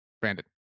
Brandon